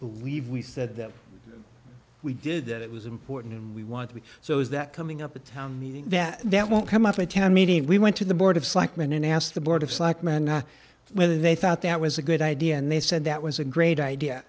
we've we said that we did that it was important and we want to be so is that coming up a town meeting that won't come up in town meeting we went to the board of selectmen and asked the board of selectmen not whether they thought that was a good idea and they said that was a great idea